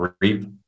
reap